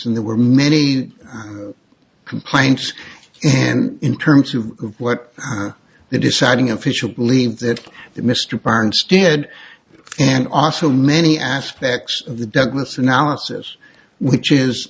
and there were many complaints and in terms of what the deciding official believes that the mr parents did an awesome many aspects of the douglas analysis which is